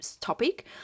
topic